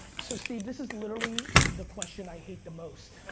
so steve, this is literally the question i hate the most.